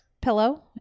pillow